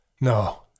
no